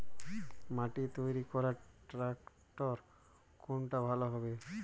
মাটি তৈরি করার ট্রাক্টর কোনটা ভালো হবে?